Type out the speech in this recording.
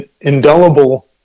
Indelible